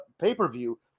pay-per-view